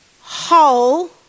whole